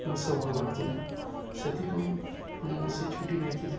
ଜିନିଷ ଭଲ ଲାଗୁଥିଲା ସେଥିପାଇଁ ମୁଁ ସେ ଛୁଟି ନେଇଥିଲି